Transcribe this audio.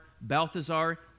Balthazar